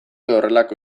horrelako